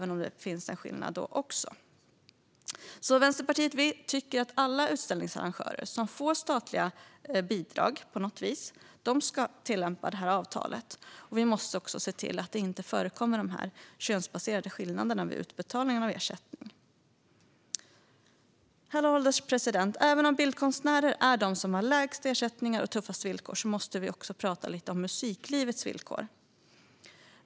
Det är alltså fortfarande en skillnad, men den är mindre. Vänsterpartiet tycker att alla utställningsarrangörer som på något vis får statliga bidrag ska tillämpa det här avtalet. Vi måste också se till att de könsbaserade skillnaderna vid utbetalning av ersättning inte förekommer. Herr ålderspresident! Även om bildkonstnärer är de som har lägst ersättningar och tuffast villkor måste vi också prata lite om musiklivets villkor.